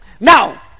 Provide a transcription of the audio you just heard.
Now